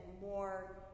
more